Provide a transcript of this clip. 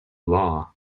law